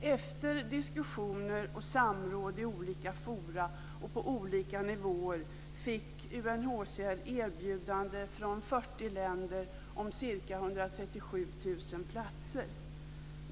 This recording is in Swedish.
Efter diskussioner och samråd i olika forum och på olika nivåer fick UNHCR erbjudanden från 40 länder om ca 137 000 platser.